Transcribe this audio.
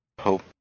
hope